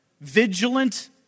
vigilant